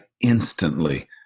instantly